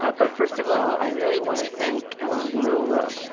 ah but first of all, i really want to thank ellen viola,